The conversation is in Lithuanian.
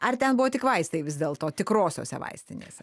ar ten buvo tik vaistai vis dėlto tikrosiose vaistinėse